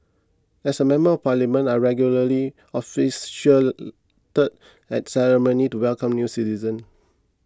as a member of parliament I regularly officiated at ceremonies to welcome new citizens